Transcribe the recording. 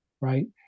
right